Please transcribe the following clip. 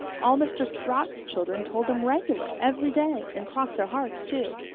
all mr. sprott's children told them regular every day, and cross their hearts too.